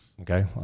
okay